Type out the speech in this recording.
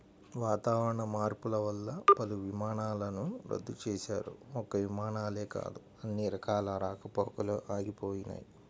వాతావరణ మార్పులు వల్ల పలు విమానాలను రద్దు చేశారు, ఒక్క విమానాలే కాదు అన్ని రకాల రాకపోకలూ ఆగిపోయినయ్